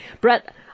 Brett